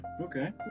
okay